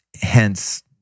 Hence